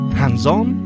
hands-on